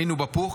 היינו בפוך.